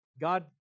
God